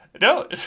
No